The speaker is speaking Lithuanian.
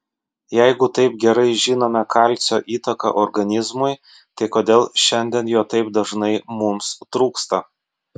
jeigu taip gerai žinome kalcio įtaką organizmui tai kodėl šiandien jo taip dažnai mums trūksta